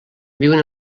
viuen